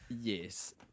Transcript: Yes